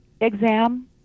exam